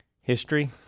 History